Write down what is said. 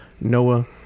Noah